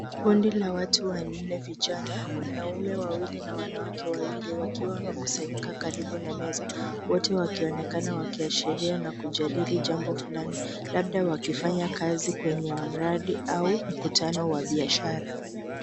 Kundi la watu wanne vijana, wanaume wawili na wanawake wawili, wakiwa wamekusanyika karibu na meza, wote wakionekana wakiashiria na kujadili jambo fulani, labda wakifanya kazi kwenye mradi au mkutano wa biashara.